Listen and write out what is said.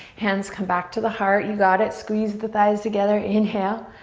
hands come back to the heart, you got it. squeeze the thighs together, inhale.